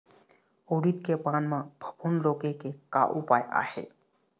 उरीद के पान म फफूंद रोके के का उपाय आहे?